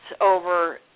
over